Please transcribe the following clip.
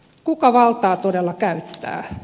kuka valtaa todella käyttää